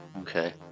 Okay